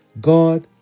God